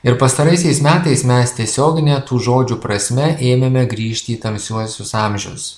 ir pastaraisiais metais mes tiesiogine tų žodžių prasme ėmėme grįžti į tamsiuosius amžius